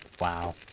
Wow